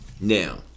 Now